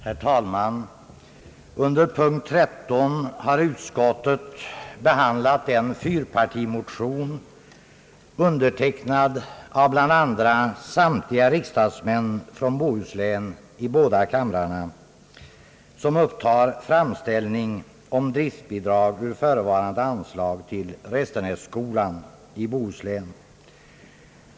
Herr talman! Under punkt 13 har utskottet behandlat den fyrpartimotion, undertecknad av bl.a. samtliga riksdagsmän från Bohuslän i båda kamrarna, som upptar framställning om driftbidrag ur förevarande anslag till Restenässkolan i Bohuslän.